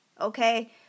okay